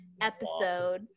episode